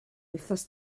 wythnos